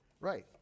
right